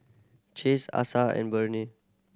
Chase Asa and Burney